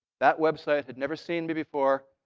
that website had never seen me before.